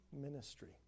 ministry